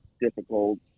difficult